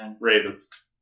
Ravens